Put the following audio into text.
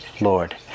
Lord